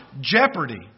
jeopardy